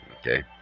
Okay